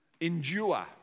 endure